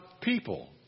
people